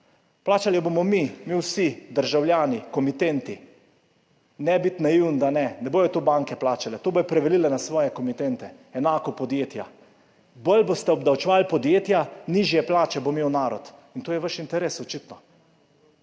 Plačali bomo mi, mi vsi, državljani, komitenti. Ne biti naivni, da ne. Ne bodo tega banke plačale, to bodo prevalile na svoje komitente, enako podjetja. Bolj boste obdavčevali podjetja, nižje plače bo imel narod, in to je vaš interes, očitno.